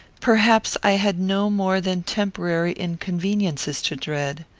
perhaps i had no more than temporary inconveniences to dread.